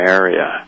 area